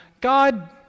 God